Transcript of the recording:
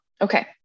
Okay